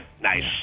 Nice